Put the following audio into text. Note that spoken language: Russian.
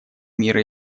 мира